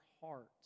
hearts